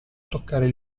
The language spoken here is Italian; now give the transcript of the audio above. toccare